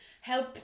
help